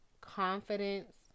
confidence